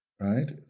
right